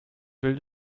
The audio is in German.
bild